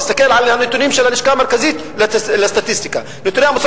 תסתכל על הנתונים של הלשכה המרכזית ותראה במוסד